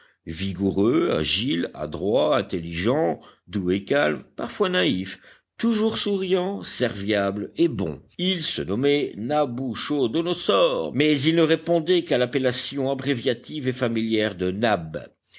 vigoureux agile adroit intelligent doux et calme parfois naïf toujours souriant serviable et bon il se nommait nabuchodonosor mais il ne répondait qu'à l'appellation abréviative et familière de nab